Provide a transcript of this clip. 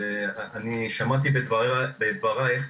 אני שמעתי בדברייך,